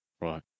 Right